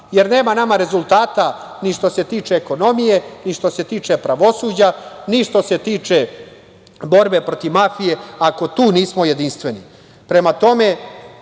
jer nema nama rezultata ni što se tiče ekonomije, ni što se tiče pravosuđa, ni što se tiče borbe protiv mafije ako tu nismo jedinstveni. Prema